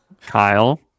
Kyle